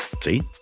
See